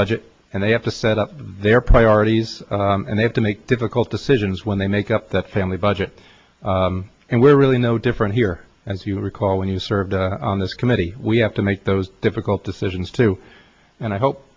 budget and they have to set up their priorities and they have to make difficult decisions when they make up that family budget and we're really no different here as you recall when you served on this committee we have to make those difficult decisions too and i hope